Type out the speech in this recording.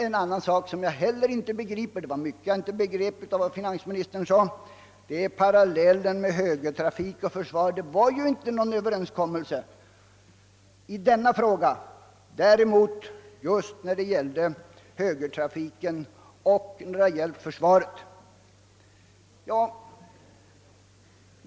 En annan sak som jag heller inte förstår — det är mycket som jag inte be griper i vad finansministern sade — är parallellen med högertrafik och försvar. Någon överenskommelse var ju inte träffad i den här frågan, men det var det däremot beträffande såväl högertrafiken som försvaret.